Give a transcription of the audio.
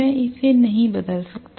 मैं इसे बदल नहीं सकता